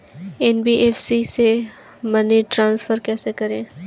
NBFC से money transfer कैसे करें?